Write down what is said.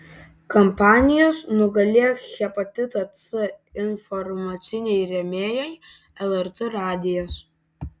kampanijos nugalėk hepatitą c informaciniai rėmėjai lrt radijas